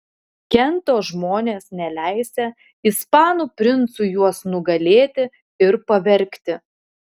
kento žmonės neleisią ispanų princui juos nugalėti ir pavergti